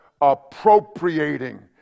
appropriating